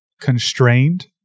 constrained